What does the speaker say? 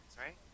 right